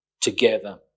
together